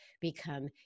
become